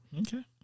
Okay